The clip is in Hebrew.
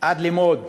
עד למאוד,